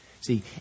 See